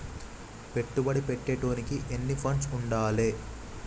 పెట్టుబడి పెట్టేటోనికి ఎన్ని ఫండ్స్ ఉండాలే?